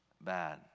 bad